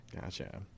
Gotcha